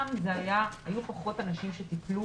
פעם היו פחות אנשים שיכלו